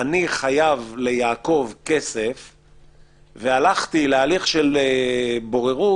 יעקב חייב לי כסף והלכתי להליך של בוררות,